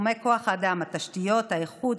בתחומי כוח האדם, התשתיות והאיכות.